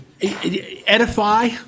Edify